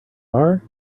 bar